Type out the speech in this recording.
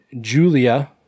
Julia